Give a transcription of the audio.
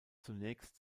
zunächst